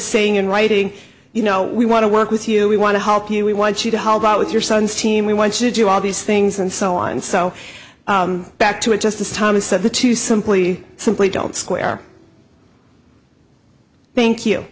saying in writing you know we want to work with you we want to help you we want you to help out with your son's team we want you to do all these things and so on and so back to a justice thomas said the two simply simply don't square thank you